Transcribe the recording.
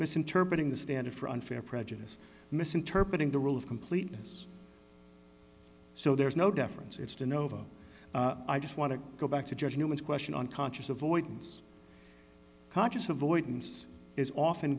misinterpreting the standard for unfair prejudice misinterpreting the rule of completeness so there's no deference it's been over i just want to go back to judge newman's question unconscious avoidance conscious avoidance is often